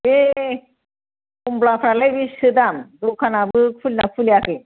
बे कमलाफ्रालाय बेसेथो दाम द'खानाबो खुलिदोंना खुलियाखै